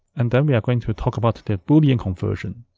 and then we are going to talk about the boolean conversion